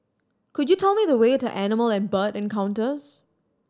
could you tell me the way to Animal and Bird Encounters